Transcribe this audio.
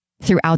throughout